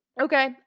Okay